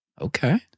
Okay